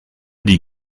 die